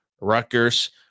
Rutgers